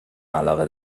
علاقه